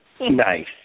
nice